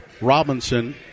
Robinson